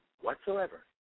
whatsoever